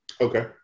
okay